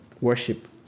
worship